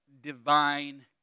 divine